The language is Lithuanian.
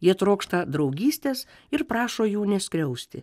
jie trokšta draugystės ir prašo jų neskriausti